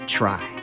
try